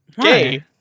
Gay